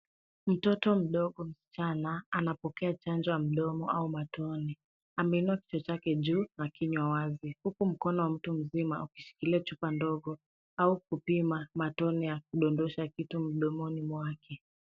Mtoto mdogo msichana anapokea chanjo ya mdomo au matone . Ameinua kichwa chake juu na kinywa wazi huku mkono wa mtu mzima ukishikilia chupa ndogo au kupima matone ya kudondosha kitu mdomoni mwake.